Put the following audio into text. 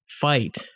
fight